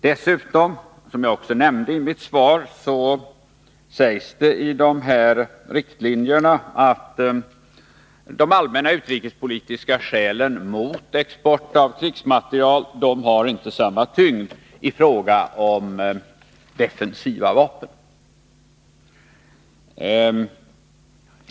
Dessutom, som jag också nämnde i mitt svar, sägs i de här riktlinjerna att de allmänna utrikespolitiska skälen mot export av krigsmateriel inte har samma tyngd i fråga om defensiva vapen.